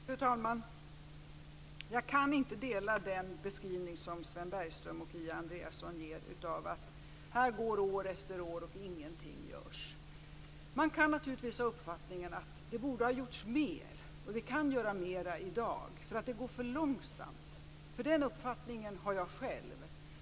Fru talman! Jag kan inte dela den beskrivning som Sven Bergström och Kia Andreasson ger, dvs. att år efter år går och ingenting görs. Man kan naturligtvis ha uppfattningen att det borde ha gjorts mer, att vi kan göra mer i dag och att det går för långsamt. Den uppfattningen har jag själv.